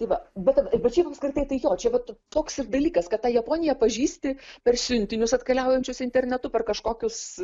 tai va bet bet šiaip apskritai tai jo čia vat toks ir dalykas kad tą japoniją pažįsti per siuntinius atkeliaujančius internetu per kažkokius